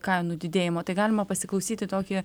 kainų didėjimo tai galima pasiklausyti tokį